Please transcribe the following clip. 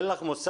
אין לך מושג?